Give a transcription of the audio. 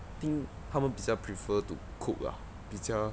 think 他们比较 prefer to cook ah 比较